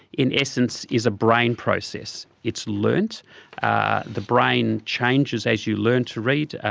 in essence, is a brain process. it's learnt. ah the brain changes as you learn to read.